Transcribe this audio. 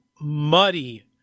muddy